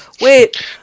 Wait